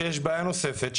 יש בעיה נוספת,